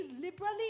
liberally